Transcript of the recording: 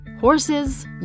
Horses